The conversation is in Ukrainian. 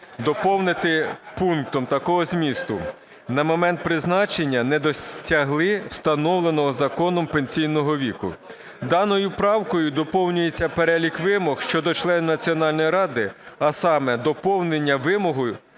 доповнити пунктом такого змісту: "на момент призначення не досягли встановленого законом пенсійного віку". Даною правкою доповнюється перелік вимог щодо члена Національної ради, а саме: доповнення вимогою